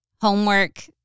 homework